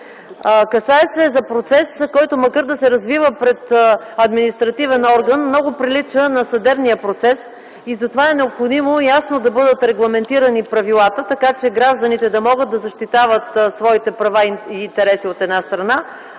Касае се за процес, който макар да се развива пред административен орган, много прилича на съдебния процес. Затова е необходимо ясно да бъдат регламентирани правилата, та гражданите да могат да защитават своите права и интереси, от една страна,